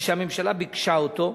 ושהממשלה ביקשה אותו,